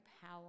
power